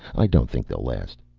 i don't think they'll last.